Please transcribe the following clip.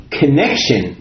connection